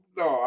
no